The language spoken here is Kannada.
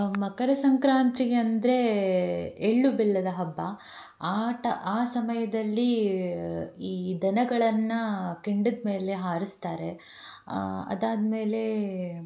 ಮಕರ ಸಂಕ್ರಾಂತಿಗೆ ಅಂದರೆ ಎಳ್ಳು ಬೆಲ್ಲದ ಹಬ್ಬ ಆಟ ಆ ಸಮಯದಲ್ಲಿ ಈ ದನಗಳನ್ನು ಕೆಂಡದ ಮೇಲೆ ಹಾರಿಸ್ತಾರೆ ಅದಾದಮೇಲೆ